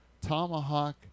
tomahawk